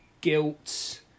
guilt